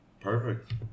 Perfect